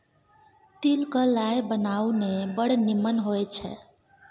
तिल क लाय बनाउ ने बड़ निमन होए छै